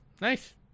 nice